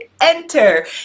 Enter